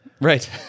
right